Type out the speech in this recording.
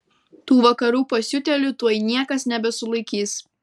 tų vakarų pasiutėlių tuoj niekas nebesulaikys